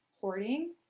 hoarding